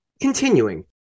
Continuing